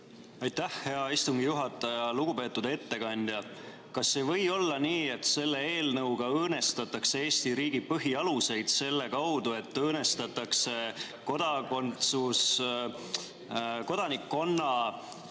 Aitäh, hea istungi juhataja! Lugupeetud ettekandja! Kas ei või olla nii, et selle eelnõuga õõnestatakse Eesti riigi põhialuseid selle kaudu, et õõnestatakse kodanikkonna